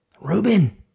Reuben